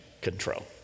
control